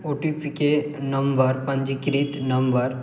ओटीपीके number पञ्जीकृत number